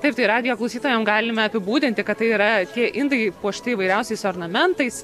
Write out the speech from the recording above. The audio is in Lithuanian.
taip tai radijo klausytojam galime apibūdinti kad tai yra tie indai puošti įvairiausiais ornamentais